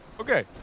Okay